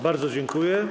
Bardzo dziękuję.